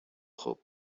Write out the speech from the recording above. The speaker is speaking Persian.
خوب